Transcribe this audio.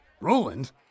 Roland